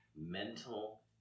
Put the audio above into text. mental